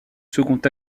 second